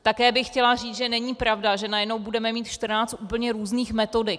Také bych chtěla říct, že není pravda, že najednou budeme mít 14 úplně různých metodik.